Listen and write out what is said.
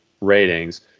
ratings